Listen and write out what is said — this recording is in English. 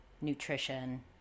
nutrition